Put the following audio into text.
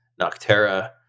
Noctera